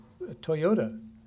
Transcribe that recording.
Toyota